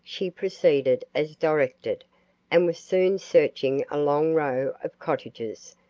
she proceeded as directed and was soon searching a long row of cottages,